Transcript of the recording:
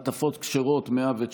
מעטפות כשרות, 119,